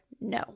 no